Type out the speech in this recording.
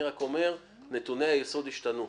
אני רק אומר, נתוני היסוד השתנו.